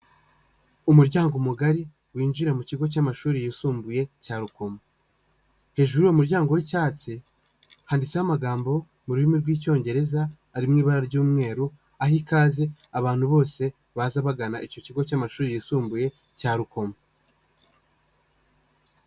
Umuryango mugari winjira mu kigo cy'amashuri yisumbuye, cya Rukomo. Hejuru y'uwo muryango w'icyatsi, handitseho amagambo mu rurimi rw'icyongereza ari mu ibara ry'umweru, aha ikaze abantu bose baza bagana icyo kigo cy'amashuri yisumbuye, cya Rukomo.